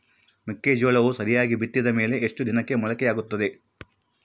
ಮೆಕ್ಕೆಜೋಳವು ಸರಿಯಾಗಿ ಬಿತ್ತಿದ ಮೇಲೆ ಎಷ್ಟು ದಿನಕ್ಕೆ ಮೊಳಕೆಯಾಗುತ್ತೆ?